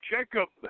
Jacob